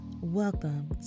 welcome